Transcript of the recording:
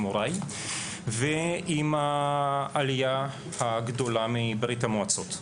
הוריי ועם העלייה הגדולה מברית המועצות.